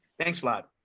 thanks a lot.